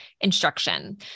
instruction